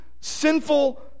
sinful